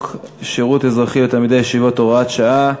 שירות אזרחי לתלמידי ישיבות (הוראת שעה),